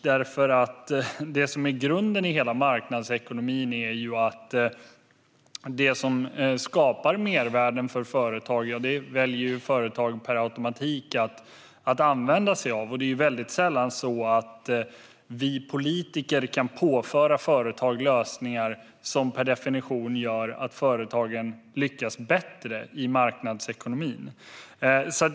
Det som är grunden för hela marknadsekonomin är ju att företag per automatik väljer att använda sig av det som skapar mervärden för dem. Det är väldigt sällan så att vi politiker kan påföra företag lösningar som per definition gör att företagen lyckas bättre i marknadsekonomin.